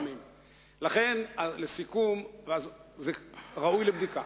לכן, לסיכום, זה ראוי לבדיקה.